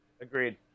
Agreed